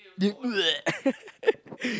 they